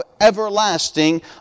everlasting